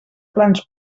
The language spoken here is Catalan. plans